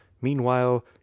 meanwhile